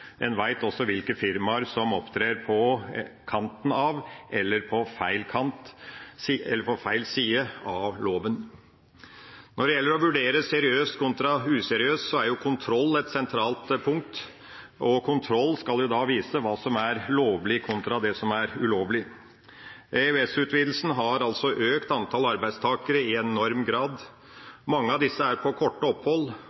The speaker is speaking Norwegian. en kaller for seriøse. En vet også hvilke firmaer som opptrer på kanten av eller på feil side av loven. Når det gjelder å vurdere seriøst kontra useriøst, er kontroll et sentralt punkt. Kontroll skal vise hva som er lovlig, kontra det som er ulovlig. EØS-utvidelsen har altså økt antall arbeidstakere i enorm